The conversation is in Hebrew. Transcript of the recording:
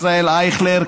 ישראל אייכלר,